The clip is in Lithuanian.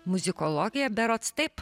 muzikologiją berods taip